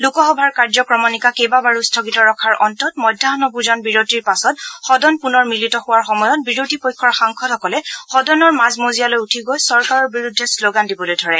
লোকসভাৰ কাৰ্য্ক্ৰমণিকা কেইবাবাৰো স্থগিত ৰখাৰ অন্তত মধ্যাহ্ন ভোজন বিৰতিৰ পাছত সদন পুনৰ মিলিত হোৱাৰ সময়ত বিৰোধী পক্ষৰ সাংসদসকলে সদনৰ মাজমজিয়ালৈ উঠি গৈ চৰকাৰৰ বিৰুদ্ধে শ্ৰোগান দিবলৈ ধৰে